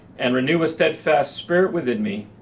and renew a steadfast spirit within me.